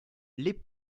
les